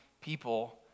people